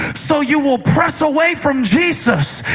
so you will press away from jesus.